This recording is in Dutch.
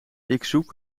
zoek